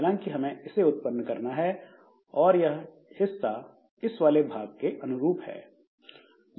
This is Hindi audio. हालाँकि हमें इसे उत्पन्न करना है और यह हिस्सा इस वाले भाग के अनुरूप है